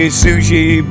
sushi